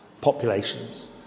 populations